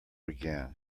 again